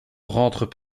rentrent